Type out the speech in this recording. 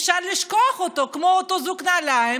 אפשר לשכוח אותו כמו את אותו זוג נעליים